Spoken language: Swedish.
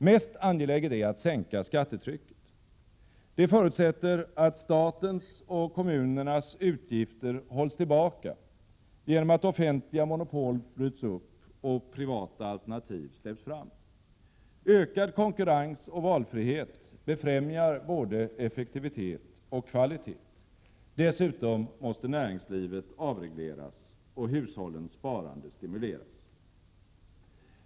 Mest angeläget är att sänka skattetrycket. Det förutsätter att statens och kommunernas utgifter hålls tillbaka genom att offentliga monopol bryts upp och privata alternativ släpps fram. Ökad konkurrens och valfrihet befrämjar både effektivitet och kvalitet. Dessutom måste näringslivet avregleras och hushållens sparande stimuleras.